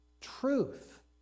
truth